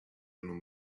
allons